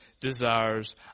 desires